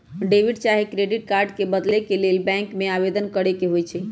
debit चाहे credit card के बदले के लेल बैंक में आवेदन करेके होइ छइ